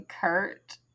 kurt